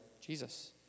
Jesus